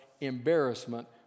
embarrassment